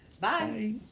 Bye